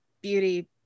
beauty